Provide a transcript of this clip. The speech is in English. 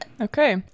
Okay